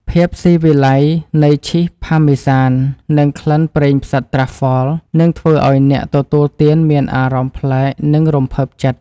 ភាពស៊ីវិល័យនៃឈីសផាមេសាននិងក្លិនប្រេងផ្សិតត្រាហ្វហ្វល (Truffle) នឹងធ្វើឱ្យអ្នកទទួលទានមានអារម្មណ៍ប្លែកនិងរំភើបចិត្ត។